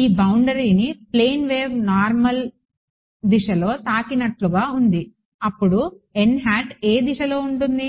ఈ బౌండరీని plane wave normal దిశలో తాకినట్లు ఉంది అప్పుడు ఏ దిశలో ఉంటుంది